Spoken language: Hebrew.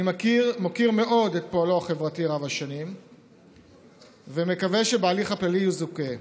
אני מוקיר מאוד את פועלו החברתי רב השנים ומקווה שבהליך הפלילי יזוכה.